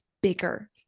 bigger